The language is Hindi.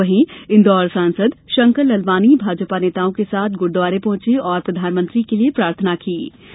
वहीं इंदौर सांसद शंकर लालवानी भाजपा नेताओं के साथ गुरुद्वारे पहुंचे और प्रधानमंत्री के लिए प्रार्थना की गई